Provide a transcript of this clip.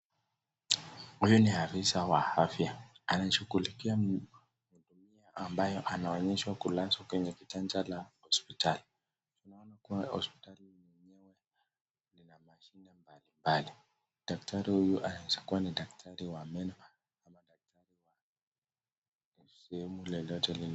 Huyu ni afisa wa afya, anashughulikia mtu huyo ambaye anaonyeshwa kulazwa kwenye kitanda la hosiptali. Tunaona kuwa hosiptali hii ni eneno lina mashine mbalimbali, daktari huyu anaweza kuwa ni daktari wa meno ama ni daktari wa sehemu lolote lile.